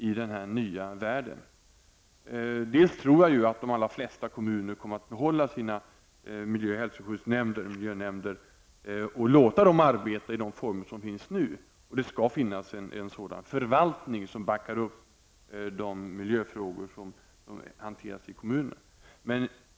Jag tror att de allra flesta kommuner kommer att behålla sina miljö och hälsoskyddsnämnder eller miljönämnder och låta dem arbeta i de former som finns nu. Och det skall finnas en förvaltning som backar upp de miljöfrågor som hanteras i kommunen.